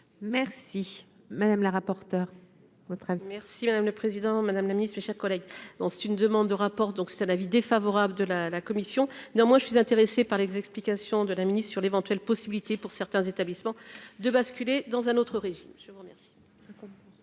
Merci madame la rapporteure votre avenir. Si Madame le président, Madame la Ministre, mes chers collègues, donc c'est une demande de rapport, donc c'est ça l'avis défavorable de la commission non, moi je suis intéressée par les explications de la Mini sur l'éventuelle possibilité pour certains établissements de basculer dans un autre, riz, je vous remercie.